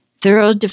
thorough